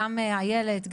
גם איילת,